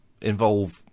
involve